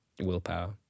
Willpower